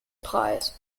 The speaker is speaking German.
preis